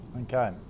Okay